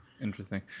Interesting